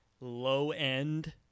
low-end